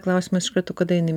klausimas iš karto kada eini